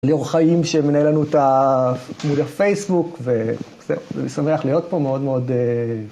לאור חיים שמנהל לנו את עמוד הפייסבוק, ואני שמח להיות פה מאוד מאוד